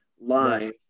live